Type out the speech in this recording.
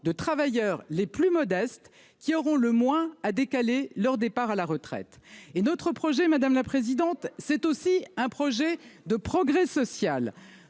de travailleurs les plus modestes qui auront le moins à décaler leur départ à la retraite. Notre projet, madame la sénatrice, est aussi un projet de progrès social.